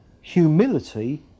humility